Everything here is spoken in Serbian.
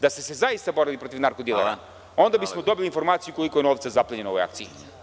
Da ste se zaista borili protiv narko dilera, onda bismo dobili informaciju koliko je novca zaplenjeno u ovoj akciji.